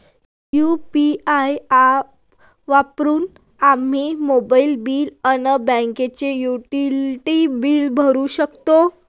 UPI app वापरून आम्ही mobile bill अन बाकीचे युटिलिटी बिल भरू शकतो